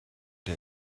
der